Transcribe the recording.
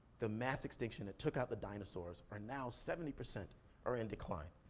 the mass extinction that took out the dinosaurs are now, seventy percent are in decline.